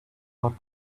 not